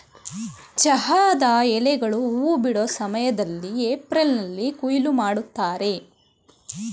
ಚಹಾದ ಎಲೆಗಳು ಹೂ ಬಿಡೋ ಸಮಯ್ದಲ್ಲಿ ಏಪ್ರಿಲ್ನಲ್ಲಿ ಕೊಯ್ಲು ಮಾಡ್ತರೆ